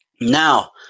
now